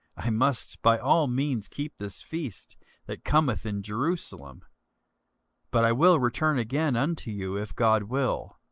i must by all means keep this feast that cometh in jerusalem but i will return again unto you, if god will.